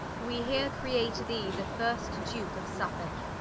we heere create thee the first duke of suffolke,